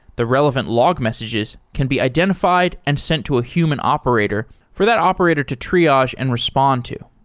the relevant log messages can be identified and sent to a human operator for that operator to triage and respond to.